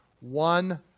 one